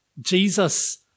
Jesus